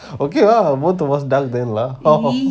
okay lah both of us died together lah